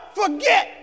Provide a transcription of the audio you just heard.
forget